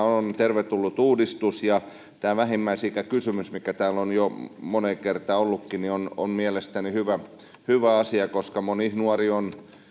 on tervetullut uudistus ja tämä vähimmäisikäkysymys mikä täällä on jo moneen kertaan esillä ollutkin on on mielestäni hyvä asia koska moni nuori on